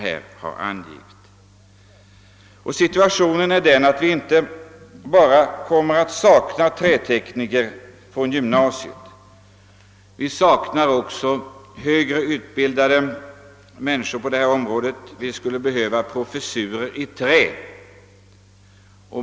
Vår situation är den att vi kommer att sakna inte bara trätekniker med gymnasieutbildning utan också högre utbildade tekniker på detta område. Vi skulle behöva professurer i trä.